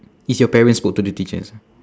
is your parents spoke to the teachers